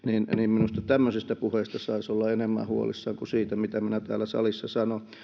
minusta tämmöisistä puheista saisi olla enemmän huolissaan kuin siitä mitä minä täällä salissa sanon